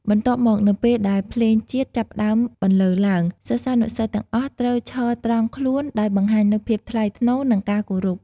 បន្ទាប់មក នៅពេលដែល ភ្លេងជាតិ ចាប់ផ្តើមបន្លឺឡើង សិស្សានុសិស្សទាំងអស់ត្រូវ ឈរត្រង់ខ្លួន ដោយបង្ហាញនូវភាពថ្លៃថ្នូរ និងការគោរព។